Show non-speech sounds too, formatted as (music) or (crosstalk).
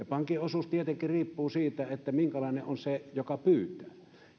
(unintelligible) pankin osuus tietenkin riippuu siitä minkälainen on se joka pyytää